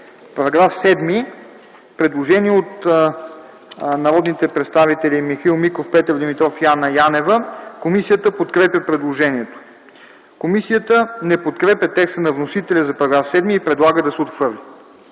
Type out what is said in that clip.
По § 7 – предложение от народните представители Михаил Миков, Петър Димитров и Анна Янева. Комисията подкрепя предложението. Комисията не подкрепя текста на вносителя за § 7 и предлага да се отхвърли.